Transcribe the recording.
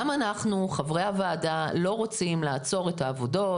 גם אנחנו חברי הוועדה לא רוצים לעצור את העבודות,